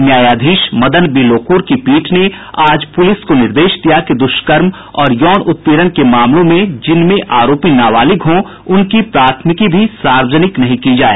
न्यायाधीश मदन बी लोक्र की पीठ ने आज पूलिस को निर्देश दिया कि दुष्कर्म और यौन उत्पीड़न के मामलों में जिनमें आरोपी नाबालिग हों उनकी प्राथमिकी सार्वजनिक नहीं की जाए